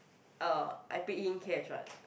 uh I paid him cash what